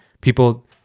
people